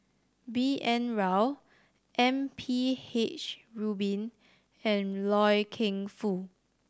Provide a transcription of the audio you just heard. B N Rao M P H Rubin and Loy Keng Foo